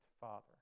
father